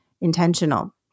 intentional